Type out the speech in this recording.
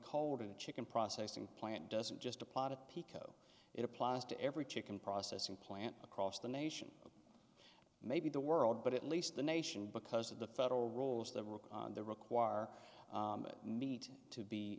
to chicken processing plant doesn't just a pot of pico it applies to every chicken processing plant across the nation maybe the world but at least the nation because of the federal rules that require meat to be